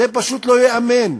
זה פשוט לא ייאמן.